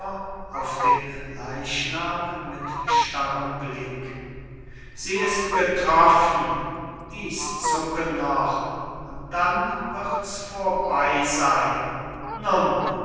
auf den leichnam mit starrem blick sie ist getroffen diß zucken noch und dann wirds vorbey seyn nun